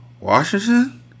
Washington